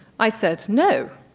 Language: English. i said, no,